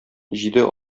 җиде